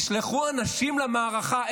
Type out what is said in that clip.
ישלחו אנשים למערכה.